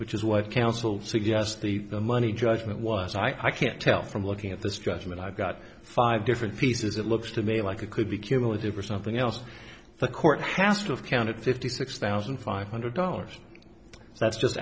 which is what counsel suggests the money judgment was i can't tell from looking at this judgment i've got five different pieces it looks to me like it could be cumulative or something else the court has to have counted fifty six thousand five hundred dollars that's just